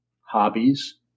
hobbies